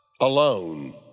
alone